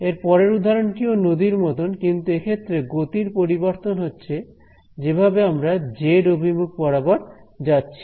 এর পরের উদাহরণটি ও নদীর মত কিন্তু এক্ষেত্রে গতির পরিবর্তন হচ্ছে যেভাবে আমরা জেড অভিমুখ বরাবর যাচ্ছি